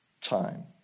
time